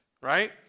right